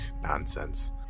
nonsense